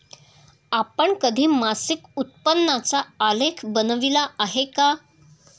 आपण कधी मासिक उत्पन्नाचा आलेख बनविला आहे का?